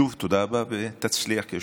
ושוב,